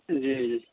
جی جی